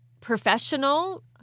professional